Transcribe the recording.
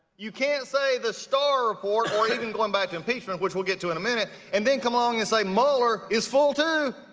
you can't say the starr report or even going back to impeachment, which we'll get to in a minute and then come along and say mueller is full too!